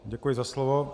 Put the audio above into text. Děkuji za slovo.